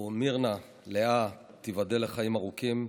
ומירנה לאה, תיבדל לחיים ארוכים,